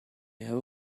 have